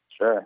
Sure